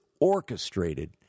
orchestrated